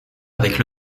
avec